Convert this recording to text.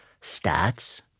stats